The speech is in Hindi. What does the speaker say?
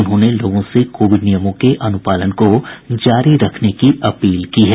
उन्होंने लोगों से कोविड नियमों के अनुपालन को जारी रखने की अपील की है